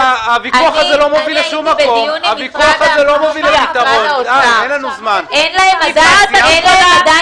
הייתי בדיון עם משרד האוצר, אין להם עדין